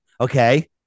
Okay